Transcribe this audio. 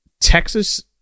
Texas